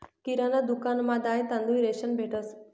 किराणा दुकानमा दाय, तांदूय, रेशन भेटंस